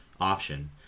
option